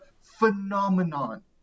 phenomenon